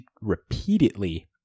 repeatedly